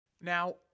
Now